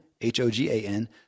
H-O-G-A-N